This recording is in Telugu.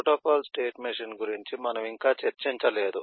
ప్రోటోకాల్ స్టేట్ మెషిన్ గురించి మనము ఇంకా చర్చించలేదు